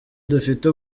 dufite